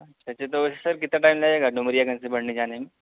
اچھا اچھا تو ویسے سر کتا ٹائم لگے گا ڈومریا گنج سے بڑھنی جانے میں